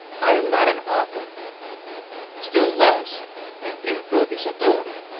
i am not an author still less an improvvisatore.